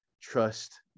trust